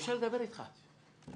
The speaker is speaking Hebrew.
אפשר לקבל רשות דיבור?